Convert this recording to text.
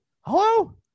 hello